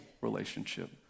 relationship